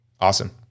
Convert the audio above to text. Awesome